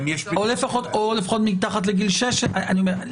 או לפחות מתחת לגיל 16. אני אומר,